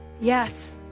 Yes